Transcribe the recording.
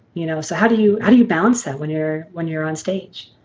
you know so how do you how do you balance that when you're when you're on stage?